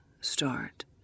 start